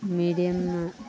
medium